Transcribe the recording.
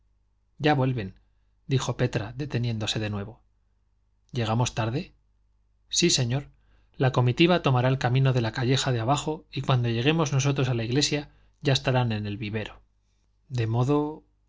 sonreírse ya vuelven dijo petra deteniéndose de nuevo llegamos tarde sí señor la comitiva tomará el camino de la calleja de abajo y cuando lleguemos nosotros a la iglesia ya estarán en el vivero de modo